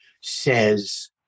says